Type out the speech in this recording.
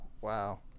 Wow